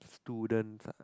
students ah